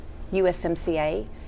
USMCA